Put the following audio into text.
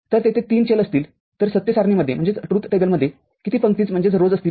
जर तेथे ३ चल असतील तर सत्य सारणीमध्ये किती पंक्ती असतील